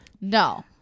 No